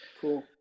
Cool